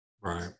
Right